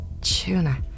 Tuna